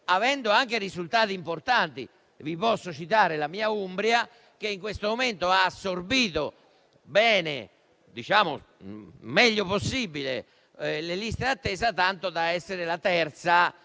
ottenendo anche risultati importanti. Vi posso citare l'Umbria, che in questo momento ha assorbito bene (diciamo il meglio possibile) le liste d'attesa, tanto da essere la terza